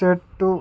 చెట్టు